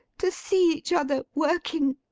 to see each other working,